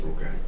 Okay